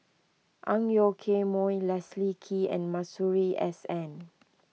Ang Yoke Mooi Leslie Kee and Masuri S N